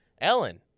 Ellen